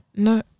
No